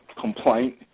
complaint